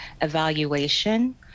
evaluation